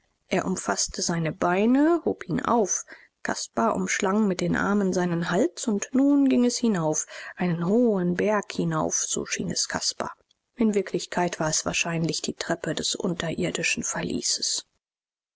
er umfaßte seine beine hob ihn auf caspar umschlang mit den armen seinen hals und nun ging es hinauf einen hohen berg hinauf so schien es caspar in wirklichkeit war es wahrscheinlich die treppe des unterirdischen verlieses